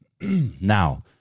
now